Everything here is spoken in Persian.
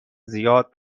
زیاد